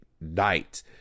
night